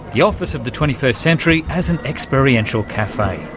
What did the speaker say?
the office of the twenty first century as an experiential cafe.